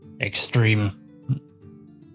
Extreme